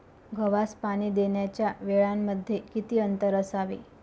गव्हास पाणी देण्याच्या वेळांमध्ये किती अंतर असावे?